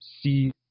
See